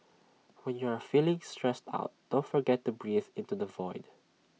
when you are feeling stressed out don't forget to breathe into the void